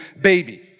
baby